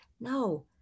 No